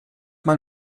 mal